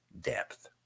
depth